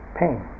pain